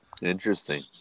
Interesting